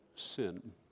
sin